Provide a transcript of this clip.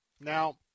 Now